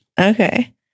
Okay